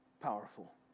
powerful